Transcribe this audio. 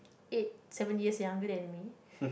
eight seven years younger than me